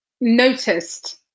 noticed